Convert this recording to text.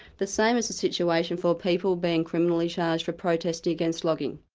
the same is the situation for people being criminally charged for protesting against logging.